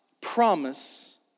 promise